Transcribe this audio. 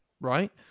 Right